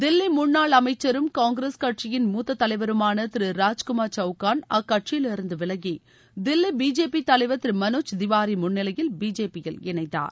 தில்லி முன்னாள் அமைச்சரும் காங்கிரஸ் கட்சியின் முத்த தலைவருமான திரு ராஜ்குமார் சவுகான் அக்கட்சியிலிருந்து விலகி தில்லி பிஜேபி தலைவர் திரு மனோஜ் திவாரி முன்னிலையில் பிஜேபியில் இணைந்தார்